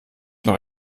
noch